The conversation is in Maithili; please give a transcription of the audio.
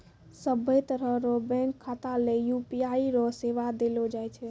सभ्भे तरह रो बैंक खाता ले यू.पी.आई रो सेवा देलो जाय छै